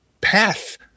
path